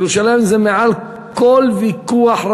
רבותי, ירושלים מעל כל ויכוח,